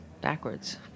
backwards